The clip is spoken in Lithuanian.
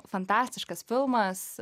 fantastiškas filmas